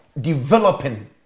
developing